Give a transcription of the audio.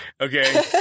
Okay